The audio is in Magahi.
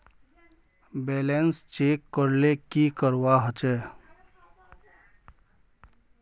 बैलेंस चेक करले की करवा होचे?